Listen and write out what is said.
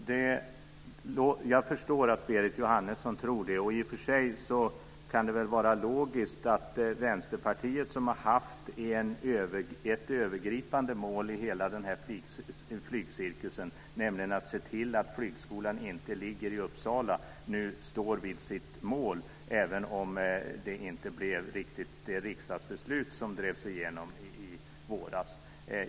Fru talman! Jag förstår att Berit Jóhannesson tror det. I och för sig kan det väl vara logiskt. Vänsterpartiet har ju haft som ett övergripande mål i hela den här flyttcirkusen att se till att flygskolan inte ligger i Uppsala. Nu står de vid sitt mål, även om det inte blev riktigt det riksdagsbeslut som drevs igenom i våras.